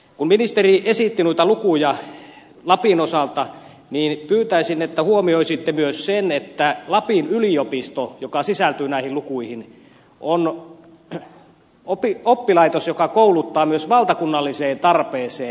kun ministeri esitti noita lukuja lapin osalta niin pyytäisin että huomioisitte myös sen että lapin yliopisto joka sisältyy näihin lukuihin on oppilaitos joka kouluttaa myös valtakunnalliseen tarpeeseen